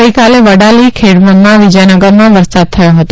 ગઈકાલે વડાલી ખેડબ્રહ્મા વિજયનગરમાં વરસાદ થયો હતો